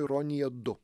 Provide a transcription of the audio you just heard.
ironija du